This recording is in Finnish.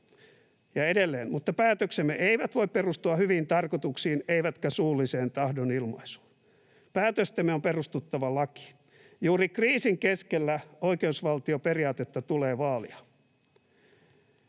Ja edelleen: ”Mutta päätöksemme eivät voi perustua hyviin tarkoituksiin eivätkä suulliseen tahdonilmaisuun. Päätöstemme on perustuttava lakiin. Juuri kriisin keskellä oikeusvaltioperiaatetta tulee vaalia.”